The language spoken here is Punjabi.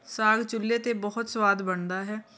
ਸਾਗ ਚੁੱਲ੍ਹੇ 'ਤੇ ਬਹੁਤ ਸਵਾਦ ਬਣਦਾ ਹੈ